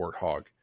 warthog